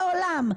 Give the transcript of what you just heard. לעולם,